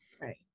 Right